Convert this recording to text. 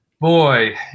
boy